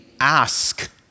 ask